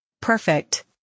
Perfect